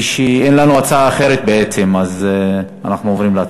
אין לנו הצעה אחרת, בעצם, אז אנחנו עוברים להצבעה.